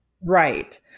right